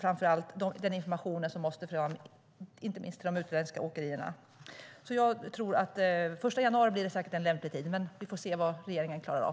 Framför allt är det information som måste fram, inte minst till de utländska åkerierna. Jag tror att den 1 januari blir en lämplig tid, men vi får se vad regeringen klarar av.